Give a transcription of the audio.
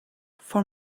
for